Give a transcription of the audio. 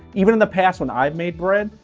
even in the past when i've made bread,